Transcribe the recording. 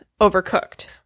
Overcooked